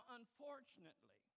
unfortunately